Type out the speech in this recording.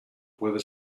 puede